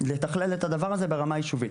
לתכלל את הדבר הזה ברמה היישובית.